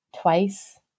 twice